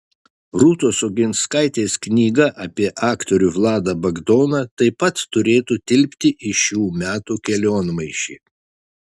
rūtos oginskaitės knyga apie aktorių vladą bagdoną taip pat turėtų tilpti į šių metų kelionmaišį